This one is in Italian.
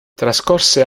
trascorse